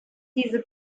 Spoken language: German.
diese